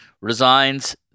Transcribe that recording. resigns